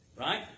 Right